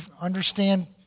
understand